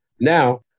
Now